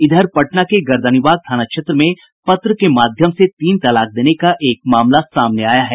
इधर पटना के गर्दनीबाग थाना क्षेत्र में पत्र के माध्यम से तीन तलाक देने का एक मामला सामने आया है